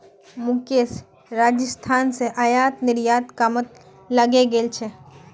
मुकेश राजस्थान स आयात निर्यातेर कामत लगे गेल छ